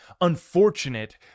unfortunate